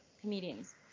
comedians